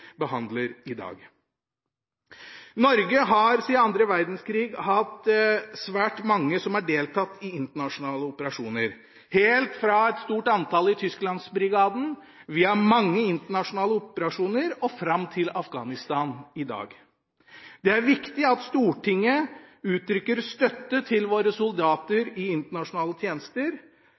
behandler i dag. Norge har siden annen verdenskrig hatt svært mange som har deltatt i internasjonale operasjoner – helt fra et stort antall i Tysklandsbrigaden, via mange internasjonale operasjoner, og fram til Afghanistan i dag. Det er viktig at Stortinget uttrykker støtte til våre soldater i internasjonale tjenester,